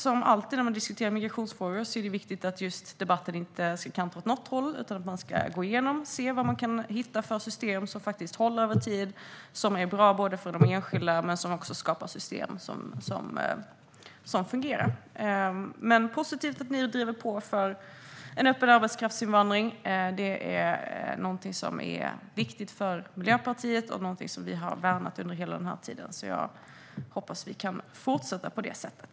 Som alltid när migrationsfrågor diskuteras är det viktigt att debatten inte kantrar åt något håll. Man bör gå igenom det hela och se vilka system man kan hitta som håller över tid - system som är bra för de enskilda och som faktiskt fungerar. Det är positivt att ni driver på för en öppen arbetskraftsinvandring. Detta är någonting som är viktigt för Miljöpartiet och någonting som vi hela tiden har värnat, så jag hoppas att vi kan fortsätta på det sättet.